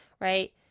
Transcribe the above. right